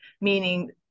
meaning